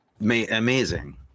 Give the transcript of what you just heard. Amazing